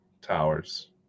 towers